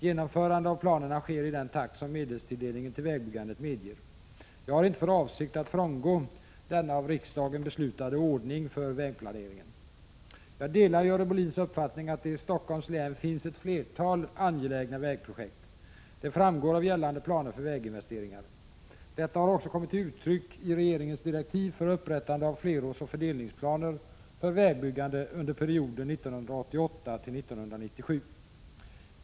Genomförandet av planerna sker i den takt som medelstilldelningen till vägbyggandet medger. Jag har inte för avsikt att frångå den av riksdagen beslutade ordningen för vägplaneringen. Jag delar Görel Bohlins uppfattning att det i Stockholms län finns ett flertal angelägna vägprojekt. Det framgår av gällande planer för väginvesteringar. Detta har också kommit till uttryck i regeringens direktiv för upprättande av flerårsoch fördelningsplaner för vägbyggande under perioden 1988-1997.